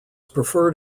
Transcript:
preferred